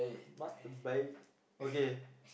masturbate okay